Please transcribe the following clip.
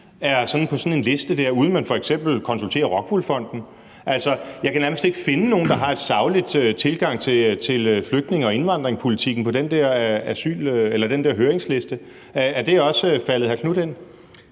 er på sådan en liste, uden at man f.eks. konsulterer ROCKWOOL Fonden. Jeg kan nærmest ikke finde nogen, der har en saglig tilgang til flygtninge- og indvandrerpolitikken på den der høringsliste. Er det også faldet hr. Marcus Knuth ind?